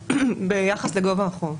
ביחס לגובה החוב.